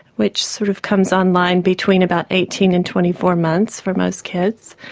which sort of comes online between about eighteen and twenty four months for most kids,